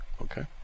Okay